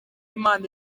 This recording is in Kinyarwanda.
imana